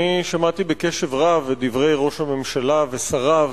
אני שמעתי בקשב רב את דברי ראש הממשלה ושריו